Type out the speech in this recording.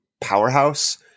powerhouse